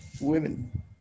Women